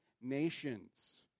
nations